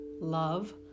love